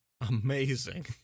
Amazing